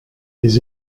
his